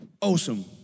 awesome